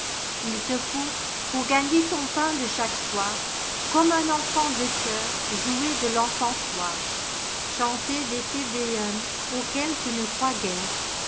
il te faut pour gagner ton pain de chaque soir comme un enfant de chœur jouer de tencensoir chanter des te deum auxquels tu ne crois guère